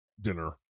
dinner